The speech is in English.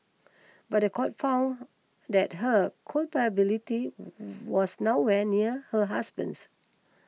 but the court found that her culpability was nowhere near her husband's